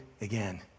again